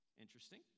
Interesting